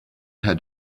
had